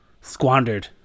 squandered